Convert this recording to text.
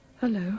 Hello